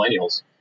millennials